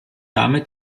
damit